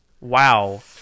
Wow